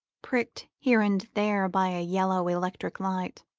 pricked here and there by a yellow electric light,